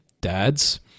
dads